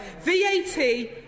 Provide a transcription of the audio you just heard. VAT